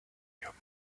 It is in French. homme